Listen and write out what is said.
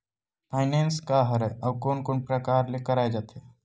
Finance का हरय आऊ कोन कोन प्रकार ले कराये जाथे?